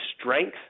strength